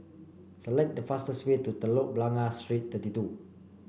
select the fastest way to Telok Blangah Street Thirty two